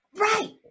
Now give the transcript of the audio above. right